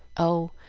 oh,